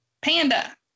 Panda